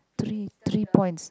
three three points